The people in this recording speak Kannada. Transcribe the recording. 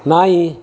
ನಾಯಿ